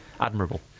admirable